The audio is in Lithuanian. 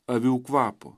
avių kvapo